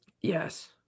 Yes